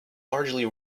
largely